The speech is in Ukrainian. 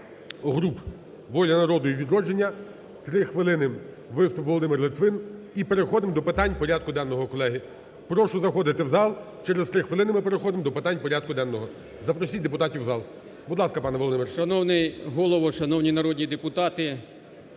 груп: "Воля народу" і "Відродження". Три хвилини виступ – Володимир Литвин, і переходимо до питань порядку денного, колеги. Прошу заходити в зал, через три хвилини ми переходимо до питань порядку денного, запросіть депутатів в зал. Будь ласка, пане Володимир.